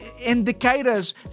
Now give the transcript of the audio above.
indicators